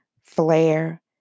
flare